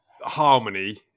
harmony